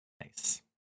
Nice